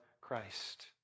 Christ